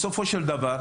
בסופו של דבר,